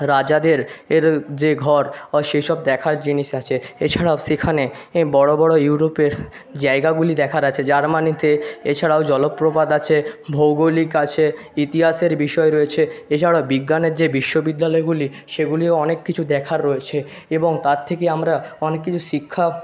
রাজাদের এর যে ঘর হয় সে সব দেখার জিনিস আছে এছাড়াও সেখানে এ বড়ো বড়ো ইউরোপের জায়গাগুলি দেখার আছে জার্মানিতে এছাড়াও জলপ্রপাত আছে ভৌগোলিক আছে ইতিহাসের বিষয় রয়েছে এছাড়াও বিজ্ঞানের যে বিশ্ববিদ্যালয়গুলি সেগুলিও অনেক কিছু দেখার রয়েছে এবং তার থেকে আমরা অনেক কিছু শিক্ষা